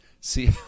See